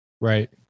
Right